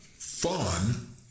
fun